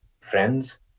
friends